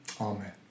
Amen